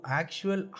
actual